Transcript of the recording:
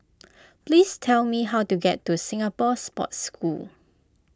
please tell me how to get to Singapore Sports School